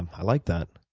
and i like that.